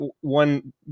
one